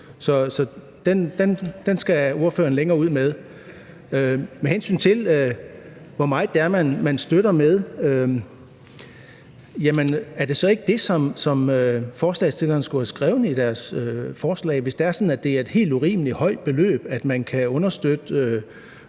så den skal ordføreren længere ud med. Med hensyn til hvor meget det er, man støtter med, var det så ikke det, som forslagsstillerne skulle have skrevet i deres forslag, altså hvis det er sådan, at det er et helt urimeligt højt beløb, som man kan understøtte